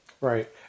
Right